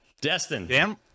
Destin